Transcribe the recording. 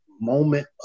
moment